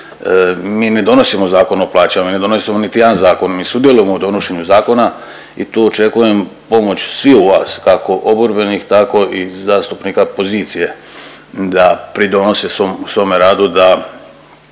Mi ne donosimo Zakon o plaćama, mi ne donosimo niti jedan zakon. Mi sudjelujemo u donošenju zakona i tu očekujem pomoć sviju vas kako oporbenih, tako i zastupnika pozicije da pridonose u svome radu da